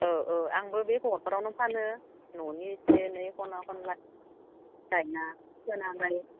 औ औ आंबो बे भकतपारायावनो फानो न'नि एसे एनै खना खनला गायना फोनानै